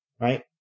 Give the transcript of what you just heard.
right